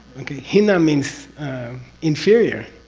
okay? hina means inferior,